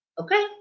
Okay